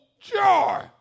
joy